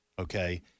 okay